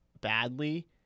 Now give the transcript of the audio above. badly